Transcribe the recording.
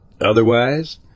Otherwise